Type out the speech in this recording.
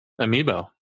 Amiibo